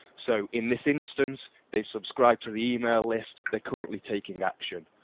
so in this instance, they subscribe to the email list, they're currently taking action.